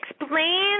explain